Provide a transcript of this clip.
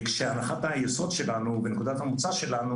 הנחת היסוד שלנו ונקודת המוצא היא